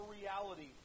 reality